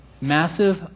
massive